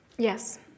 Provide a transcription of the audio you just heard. Yes